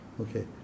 okay